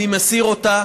אני מסיר אותה,